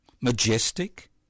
majestic